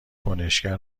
کنشگر